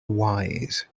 wise